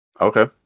Okay